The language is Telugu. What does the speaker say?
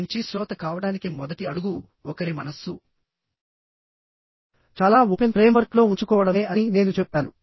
మంచి శ్రోత కావడానికి మొదటి అడుగు ఒకరి మనస్సు చాలా ఓపెన్ ఫ్రేమ్వర్క్ లో ఉంచుకోవడమే అని నేను చెప్పాను